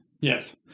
Yes